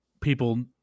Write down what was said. people